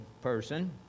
person